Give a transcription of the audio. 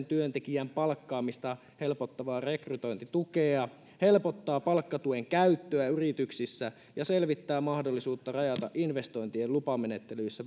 työntekijän palkkaamista helpottavaa rekrytointitukea helpottaa palkkatuen käyttöä yrityksissä ja selvittää mahdollisuutta rajata investointien lupamenettelyissä